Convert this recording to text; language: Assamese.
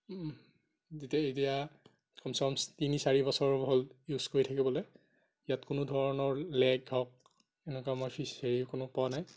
যেতিয়া এতিয়া কম্চেকম্ তিনি চাৰি বছৰ হ'ল ইউজ কৰি থাকিবলৈ ইয়াত কোনো ধৰণৰ লেগ হওঁক এনেকুৱা মই ফিচ্ হেৰি কোনো পোৱা নাই